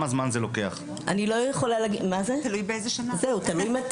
אני לא יכולה להגיד, תלוי מתי.